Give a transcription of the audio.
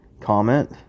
comment